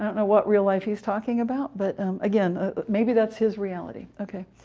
know what real life he's talking about, but again ah maybe that's his reality. ok.